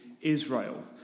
Israel